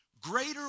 greater